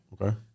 Okay